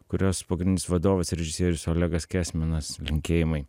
kurios pagrindinis vadovas ir režisierius olegas kęsminas linkėjimai